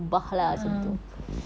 (uh huh)